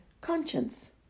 conscience